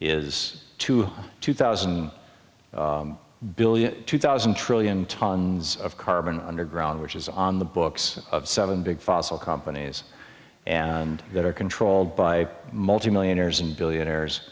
is to two thousand billion two thousand trillion tons of carbon underground which is on the books of seven big fossil companies and that are controlled by multi millionaires and billionaires